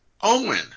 Owen